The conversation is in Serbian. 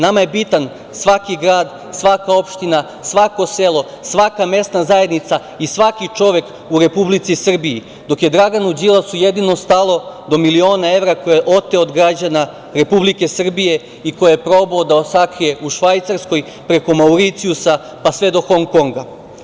Nama je bitan svaki grad, svaka opština, svako selo, svaka mesna zajednica i svaki čovek u Republici Srbiji, dok je Draganu Đilasu jedino stalo do miliona evra koje je oteo od građana Republike Srbije i koje je probao da sakrije u Švajcarskoj, preko Mauricijusa, pa se do Hong Konga.